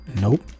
nope